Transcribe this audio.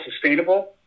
sustainable